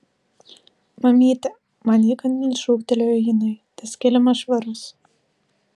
mamyte man įkandin šūktelėjo jinai tas kilimas švarus